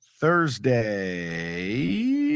Thursday